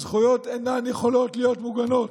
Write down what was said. הזכויות אינן יכולות להיות מוגנות.